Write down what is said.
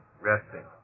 resting